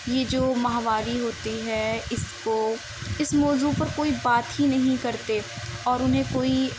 یہ جو ماہواری ہوتی ہے اس کو اس موضوع پر کوئی بات ہی نہیں کرتے اور انہیں کوئی